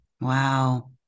Wow